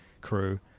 crew